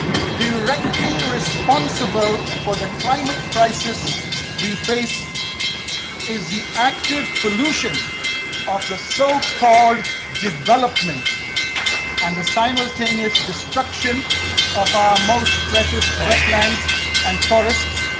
directly responsible for the climate crisis we face is the active pollution of the so-called development and the simultaneous destruction of our most precious wetlands and forests,